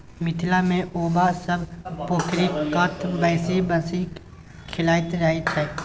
मिथिला मे बौआ सब पोखरि कात बैसि बंसी खेलाइत रहय छै